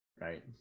right